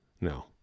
No